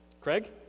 Craig